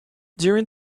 during